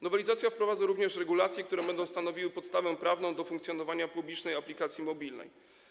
Nowelizacja wprowadza również regulacje, które będą stanowiły podstawę prawną funkcjonowania publicznej aplikacji mobilnej.